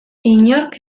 inork